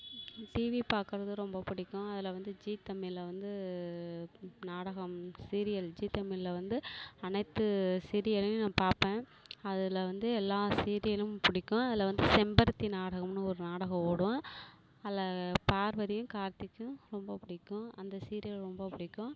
TV பார்க்கறது ரொம்ப பிடிக்கும் அதில் வந்து ஜி தமிழ்ல வந்து நாடகம் சீரியல் ஜி தமிழ்ல வந்து அனைத்து சீரியலையும் நான் பார்ப்பேன் அதில் வந்து எல்லா சீரியலும் பிடிக்கும் அதில் வந்து செம்பருத்தி நாடகம்னு ஒரு நாடகம் ஓடும் அதில் பார்வதியும் கார்த்திக்கும் ரொம்ப பிடிக்கும் அந்த சீரியல் ரொம்ப பிடிக்கும்